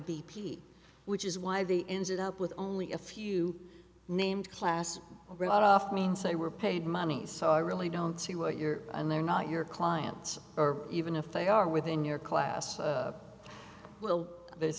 p which is why they ended up with only a few named class write off means they were paid money so i really don't see what you're and they're not your client or even if they are within your class well there's